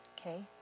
Okay